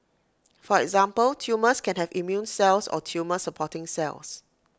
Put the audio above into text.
for example tumours can have immune cells or tumour supporting cells